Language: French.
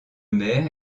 maire